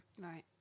Right